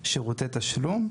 שירותי תשלום.